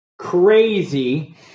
crazy